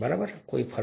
બરાબર